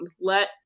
Let